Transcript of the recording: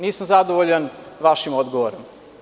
Nisam zadovoljan vašim odgovorom.